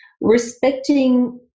Respecting